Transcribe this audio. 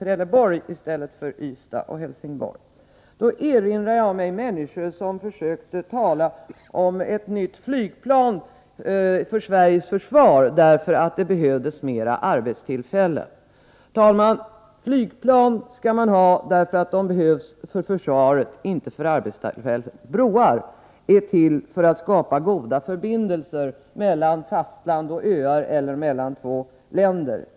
Trelleborg i stället för Ystad och Helsingborg erinrar jag mig hur människor Malmö och Köpenförsökte tala om ett nytt flygplan för Sveriges försvar, därför att det behövdes hamn ytterligare arbetstillfällen. Flygplan, herr talman, skall man ha därför att de behövs för försvaret, inte därför att tillverkningen av dem skapar arbetstillfällen. Broar är till för att skapa goda förbindelser mellan fastland och öar eller mellan två länder.